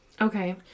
Okay